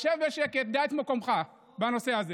אז שב בשקט, דע את מקומך בנושא הזה.